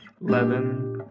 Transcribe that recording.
eleven